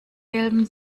gelben